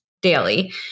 daily